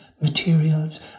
materials